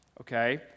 okay